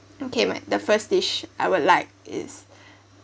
okay my the first dish I would like is